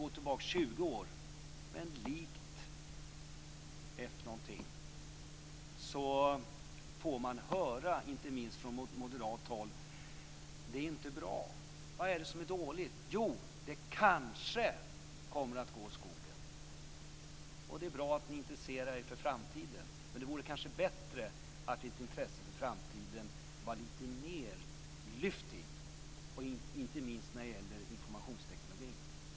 Men lik f... får man höra, inte minst från moderat håll, att det inte är bra. Vad är det som är dåligt? Jo, det kanske kommer att gå åt skogen. Det är bra att ni intresserar er för framtiden, men det vore kanske bättre om det var lite mer lyft i ert intresse för framtiden - inte minst när det gäller informationstekniken.